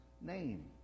name